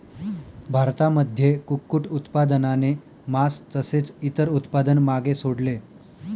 भारतामध्ये कुक्कुट उत्पादनाने मास तसेच इतर उत्पादन मागे सोडले